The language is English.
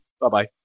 Bye-bye